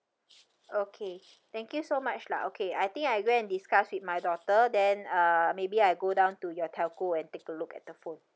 okay thank you so much lah okay I think I go and discuss with my daughter then uh maybe I go down to your telco and take a look at the phone